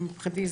שמבחינתי,